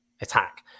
attack